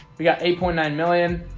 we got eight point nine million.